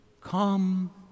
come